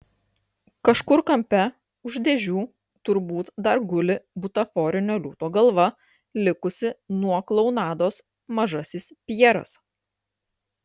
kažkur kampe už dėžių turbūt dar guli butaforinio liūto galva likusi nuo klounados mažasis pjeras